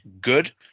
good